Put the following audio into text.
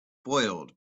boiled